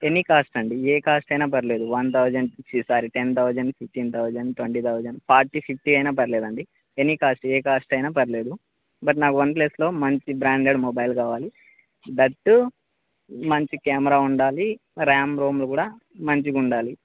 any cost అండి ఏ cost అయినా పర్లేదు వన్ థౌజండ్ సి sorry ten thousand fifteen thousand twenty thousand forty fifty అయినా పర్లేదండి ఎనీ కాస్ట్ ఏ కాస్ట్ అయినా పర్లేదు బట్ నాకు వన్ ప్లస్లో మంచి బ్రాండెడ్ మొబైల్ కావాలి దట్టు మంచి కెమెరా ఉండాలి ర్యామ్ రోమ్లు కూడా మంచిగా ఉండాలి